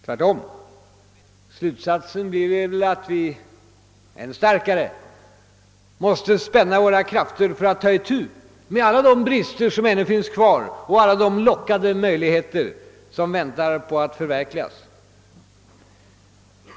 Tvärtom — Slutsatsen blir väl att vi än starkare Måste spänna våra krafter för att ta itu Med alla de brister som ännu finns kvar och alla de lockande möjligheter som väntar på att förverkligas.